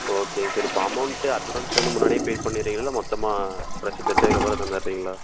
ஓகேங்க சார் இப்போ amount advance வந்து முன்னாடியே பே பண்ணிவிட்றீங்களா இல்லை மொத்தமாக ட்ரெஸ்ஸு தச்சதுக்கப்புறம் எடுத்தாந்து தந்துடுறீங்களா